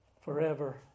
forever